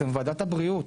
אתם ועדת הבריאות.